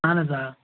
اہن حظ آ